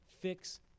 fix